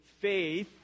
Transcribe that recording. faith